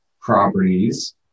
properties